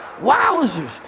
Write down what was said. wowzers